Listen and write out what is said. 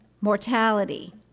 mortality